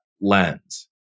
lens